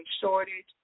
shortage